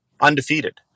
undefeated